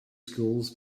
schools